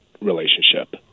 relationship